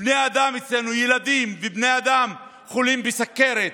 בני אדם וילדים אצלנו חולים בסוכרת,